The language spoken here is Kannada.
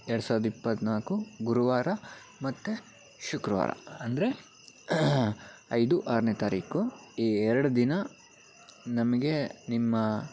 ಎರ್ಡು ಸಾವ್ರ್ದ ಇಪ್ಪತ್ತ್ನಾಲ್ಕು ಗುರುವಾರ ಮತ್ತೆ ಶುಕ್ರವಾರ ಅಂದರೆ ಐದು ಆರನೇ ತಾರೀಕು ಈ ಎರಡು ದಿನ ನಮಗೆ ನಿಮ್ಮ